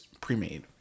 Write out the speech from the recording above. pre-made